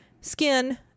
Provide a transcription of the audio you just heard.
skin